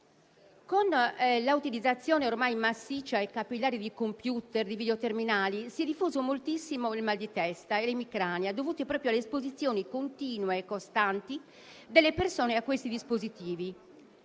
Con l'utilizzazione ormai massiccia e capillare di *computer* e videoterminali si è diffuso moltissimo il mal di testa e l'emicrania, dovuti proprio a esposizioni continue e costanti delle persone a questi dispositivi.